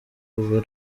kuva